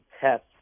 tests